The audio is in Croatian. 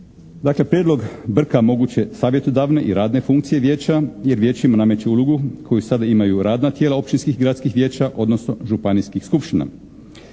Dale prijedlog brka moguće savjetodavne i radne funkcije vijeća jer vijećima nameće ulogu koju sada imaju radna tijela općinskih i gradskih vijeća, odnosno županijskih skupština.